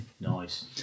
Nice